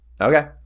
Okay